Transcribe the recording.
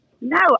No